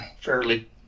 fairly